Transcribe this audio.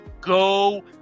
Go